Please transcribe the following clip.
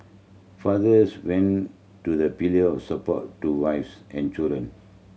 fathers went to the pillar of support to wives and children